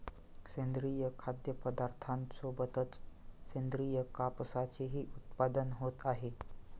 सेंद्रिय खाद्यपदार्थांसोबतच सेंद्रिय कापसाचेही उत्पादन होत आहे